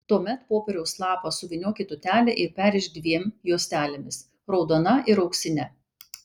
tuomet popieriaus lapą suvyniok į tūtelę ir perrišk dviem juostelėmis raudona ir auksine